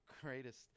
greatest